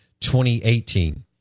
2018